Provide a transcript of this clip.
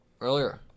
Earlier